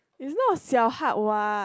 it's not 小 hard what